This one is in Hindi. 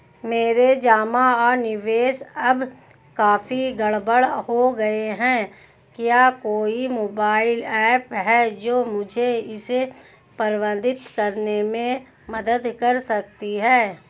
मेरे जमा और निवेश अब काफी गड़बड़ हो गए हैं क्या कोई मोबाइल ऐप है जो मुझे इसे प्रबंधित करने में मदद कर सकती है?